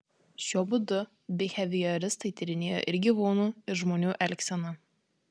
šiuo būdu bihevioristai tyrinėjo ir gyvūnų ir žmonių elgseną